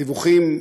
הדיווחים,